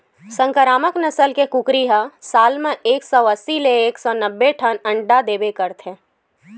संकरामक नसल के कुकरी ह साल म एक सौ अस्सी ले एक सौ नब्बे ठन अंडा देबे करथे